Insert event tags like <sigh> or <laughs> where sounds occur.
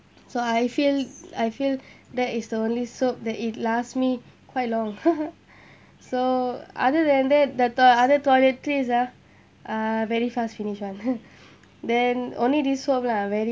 so I feel I feel that is the only soap that it last me quite long <laughs> so other than that that the other toiletries ah uh very fast finish [one] <laughs> then only this soap lah very